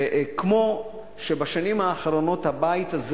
וכמו שבשנים האחרונות הבית הזה,